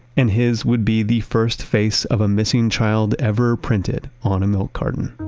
and his would be the first face of a missing child ever printed on a milk carton